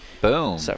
Boom